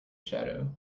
shadow